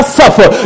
suffer